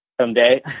someday